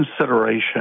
consideration